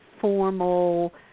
formal